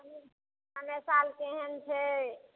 समय समय साल केहन छै